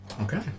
Okay